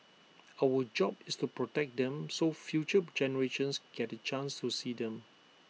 our job is to protect them so future generations get the chance to see them